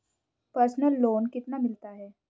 Personal loan कितना मिलता है?